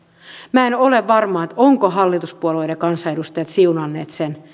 minä en ole varma ovatko hallituspuolueiden kansanedustajat siunanneet sen